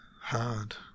hard